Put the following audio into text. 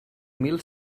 mil